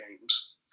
games